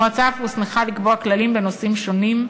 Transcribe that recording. המועצה אף הוסמכה לקבוע כללים בנושאים שונים,